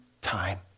time